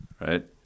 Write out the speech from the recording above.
right